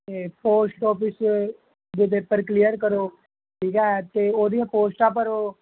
ਅਤੇ post office ਦੇ paper clear ਕਰੋ ਠੀਕ ਆ ਅਤੇ ਉਹਦੀਆਂ ਪੋਸਟਾਂ ਭਰੋ